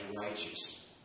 righteous